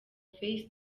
face